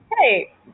Hey